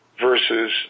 versus